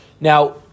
Now